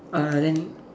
uh then